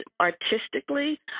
artistically